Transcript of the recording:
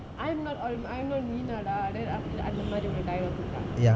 I'm not uh I'm not minah dah then after அந்தமாரி ஒரு:anthamaari oru dialogue விட்டா:vittaa